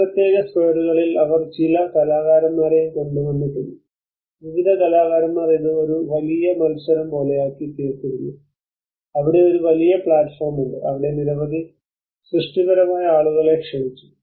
ഈ പ്രത്യേക സ്ക്വയറുകളിൽ അവർ ചില കലാകാരന്മാരെയും കൊണ്ടുവന്നിട്ടുണ്ട് വിവിധ കലാകാരന്മാർ ഇത് ഒരു വലിയ മത്സരം പോലെയാക്കി തീർത്തിരുന്നു അവിടെ ഒരു വലിയ പ്ലാറ്റ്ഫോം ഉണ്ട് അവിടെ നിരവധി സൃഷ്ടിപരമായ ആളുകളെ ക്ഷണിച്ചു